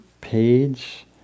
page